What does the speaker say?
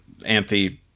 anthe